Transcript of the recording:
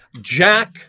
Jack